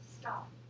stop